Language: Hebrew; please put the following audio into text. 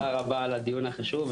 תודה רבה על הדיון החשוב,